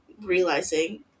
realizing